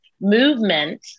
movement